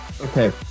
okay